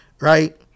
right